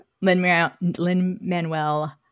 Lin-Manuel